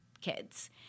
kids